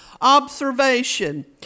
observation